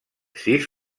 sis